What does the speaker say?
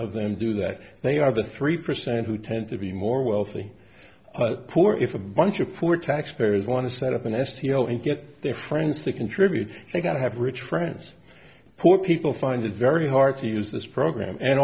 of them do that they are the three percent who tend to be more wealthy poor if a bunch of poor taxpayers want to set up a nest you know and get their friends to contribute they got to have rich friends poor people find it very hard to use this program and